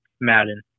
Madden